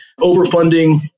overfunding